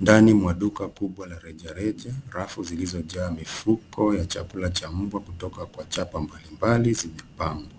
Ndani mwa duka kubwa la rejareja, rafu zilizojaa mifuko ya chakula cha mbwa kutoka kwa chapa mbalimbali zimepangwa.